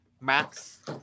Max